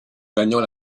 gagnant